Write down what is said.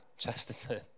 Chesterton